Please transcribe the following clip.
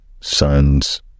son's